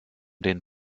den